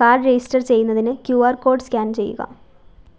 card register ചെയ്യുന്നതിന് Q R code scan ചെയ്യുക